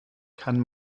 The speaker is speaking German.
kann